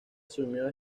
asumió